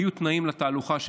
היו תנאים לתהלוכה,